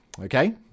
Okay